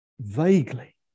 vaguely